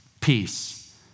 peace